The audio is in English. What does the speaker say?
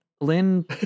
Lynn